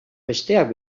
besteak